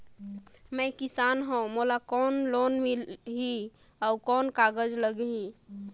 मैं किसान हव मोला कौन लोन मिलही? अउ कौन कागज लगही?